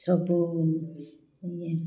ସବୁ ଇଏ